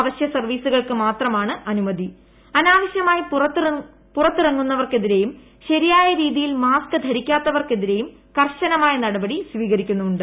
അവശ്യസർവ്വീസുകൾക്ക് മാത്രമാണ് അനാവശ്യമായി പുറത്തിറങ്ങുന്നവർക്കെതി്രെയും ശരിയായ രീതിയിൽ മാസ്ക് ധരിക്കാത്തവർക്കെതിരെയും കർശനമായ നടപടി സ്വീകരിക്കുന്നുണ്ട്